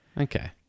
Okay